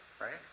right